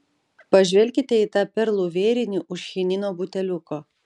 pažvelkite į tą perlų vėrinį už chinino buteliuko